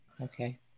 Okay